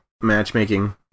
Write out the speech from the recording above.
matchmaking